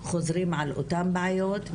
חוזרים על אותם בעיות,